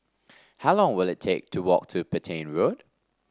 how long will it take to walk to Petain Road